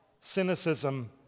cynicism